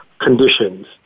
conditions